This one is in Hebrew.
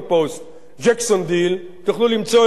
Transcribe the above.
ג'קסון דיל, תוכלו למצוא את זה באינטרנט,